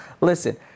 listen